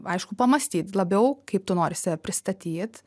aišku pamąstyt labiau kaip tu nori save pristatyt